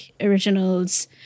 originals